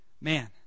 Man